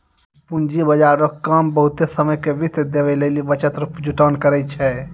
पूंजी बाजार रो काम बहुते समय के वित्त देवै लेली बचत रो जुटान करै छै